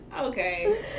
Okay